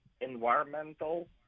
environmental